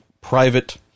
private